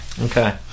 okay